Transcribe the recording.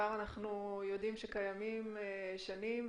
אספר ש-25% מן ההדבקות העונתיות בתחלואה נשימתית בישראל נובעות מקורונות